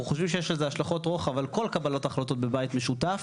אנחנו חושבים שיש לזה השלכות רוחב על כל קבלות החלטות בבית משותף,